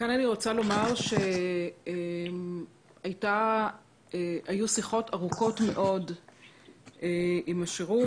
כאן אני רוצה לומר שהיו שיחות ארוכות מאוד עם השירות.